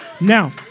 Now